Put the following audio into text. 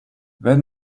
wenn